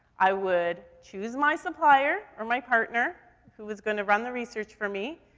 i would choose my supplier, or my partner, who was gonna run the research for me,